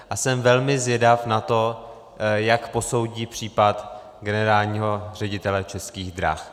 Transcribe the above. A jsem velmi zvědav na to, jak posoudí případ generálního ředitele Českých drah.